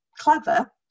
clever